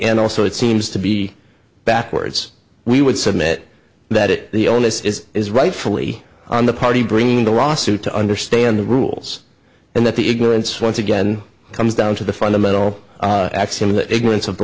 and also it seems to be backwards we would submit that it the onus is is rightfully on the party bringing the lawsuit to understand the rules and that the ignorance once again comes down to the fundamental axiom that ignorance of the